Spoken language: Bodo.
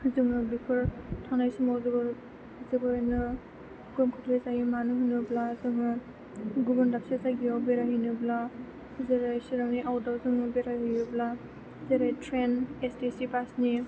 जोङो बेफोर थांनाय समाव जोबोरैनो गोहोम खोख्लैजायो मानो होनोब्ला जोङो गुबुन दाबसे जायगायाव बेरायहैनोब्ला जेरै चिरांनि आउटड'र जों बेरायहैयोब्ला जेरै train A S T C बासनि